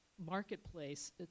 marketplace